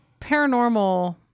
paranormal